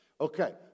Okay